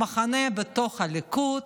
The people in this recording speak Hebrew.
מחנה בתוך הליכוד,